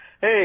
Hey